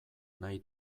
nahi